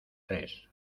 tres